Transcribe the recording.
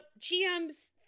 GMs